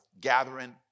gathering